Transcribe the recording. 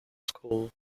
school